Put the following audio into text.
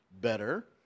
better